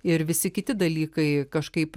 ir visi kiti dalykai kažkaip